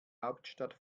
hauptstadt